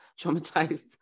traumatized